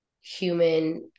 human